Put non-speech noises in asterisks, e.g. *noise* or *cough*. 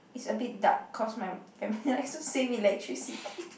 it's a bit dark cause my family likes to save electricity *laughs*